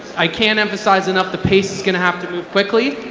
i can't emphasize enough, the pace is gonna have to move quickly.